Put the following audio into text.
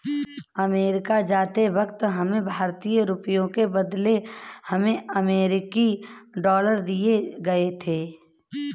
America जाते वक्त हमारे भारतीय रुपयों के बदले हमें अमरीकी डॉलर दिए गए थे